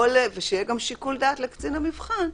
ושיהיה גם שיקול דעת לקצין המבחן.